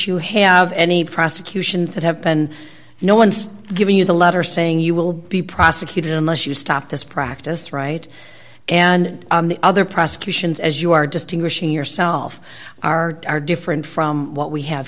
you have any prosecutions that have been you know once giving you the letter saying you will be prosecuted unless you stop this practice right and on the other prosecutions as you are distinguishing yourself are are different from what we have